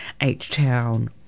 H-Town